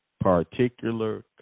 particular